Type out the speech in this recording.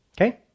Okay